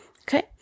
Okay